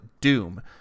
Doom